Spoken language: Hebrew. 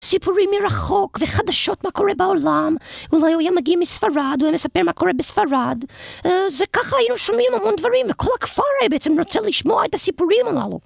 סיפורים מרחוק וחדשות מה קורה בעולם, אולי הוא היה מגיע מספרד והוא היה מספר מה קורה בספרד, אז ככה היינו שומעים המון דברים וכל הכפר היה בעצם רוצה לשמוע את הסיפורים הללו